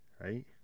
right